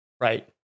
Right